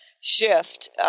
shift